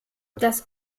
das